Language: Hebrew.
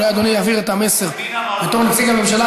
אולי אדוני יעביר את המסר בתור נציג הממשלה,